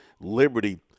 Liberty